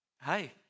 hi